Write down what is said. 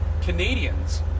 Canadians